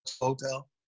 hotel